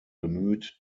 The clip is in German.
bemüht